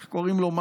איך קוראים לו?